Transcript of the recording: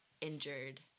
injured